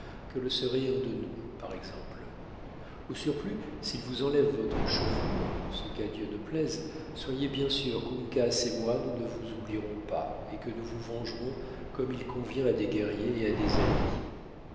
que le serait un de nous par exemple au surplus s'ils vous enlèvent votre chevelure ce qu'à dieu ne plaise soyez bien sûr qu'uncas et moi nous ne vous oublierons pas et que nous vous vengerons comme il convient à des guerriers et à des amis